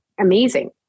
amazing